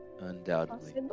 Undoubtedly